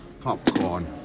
Popcorn